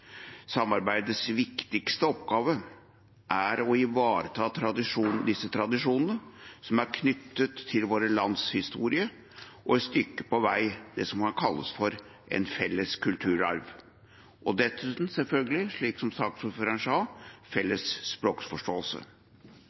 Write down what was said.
Samarbeidets viktigste oppgave er å ivareta disse tradisjonene som er knyttet til våre lands historie, og et stykke på vei det som kan kalles for en felles kulturarv, og dessuten, selvfølgelig, som saksordføreren sa, felles